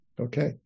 Okay